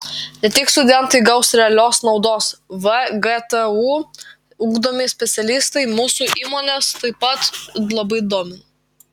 ne tik studentai gaus realios naudos vgtu ugdomi specialistai mūsų įmones taip pat labai domina